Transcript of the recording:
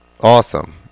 awesome